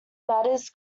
matters